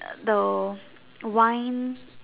um the wine